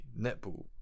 netball